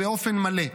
באופן מלא.